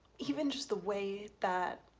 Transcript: even just the way that